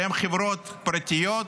שהם חברות פרטיות,